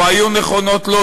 או היו נכונות לו,